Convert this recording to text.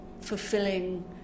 fulfilling